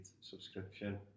subscription